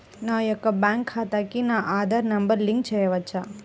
నా యొక్క బ్యాంక్ ఖాతాకి నా ఆధార్ నంబర్ లింక్ చేయవచ్చా?